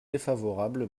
défavorable